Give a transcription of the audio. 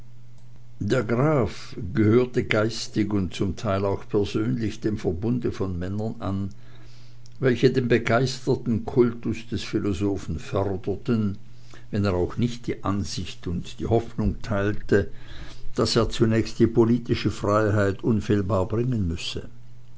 der graf gehörte geistig und zum teil auch persönlich dem verbande von männern an welche den begeisterten kultus des philosophen förderten wenn er auch nicht die ansicht und die hoffnung teilte daß er zunächst die politische freiheit unfehlbar bringen müsse